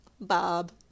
Bob